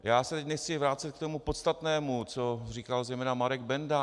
Já se teď nechci vracet k tomu podstatnému, co říkal zejména Marek Benda.